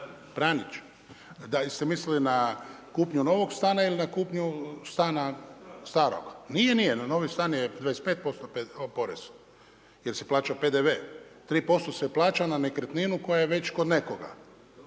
Pranić, da jeste mislili na kupnju novog stana ili na kupnju stana, starog. Nije nije, na novi stan je 25% porez. Jer se plaća PDV, 3% se plaća na nekretninu koja je već kod nekoga.